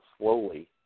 slowly